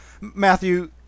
Matthew